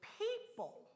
people